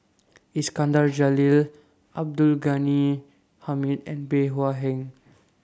Iskandar Jalil Abdul Ghani Hamid and Bey Hua Heng